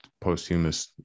posthumous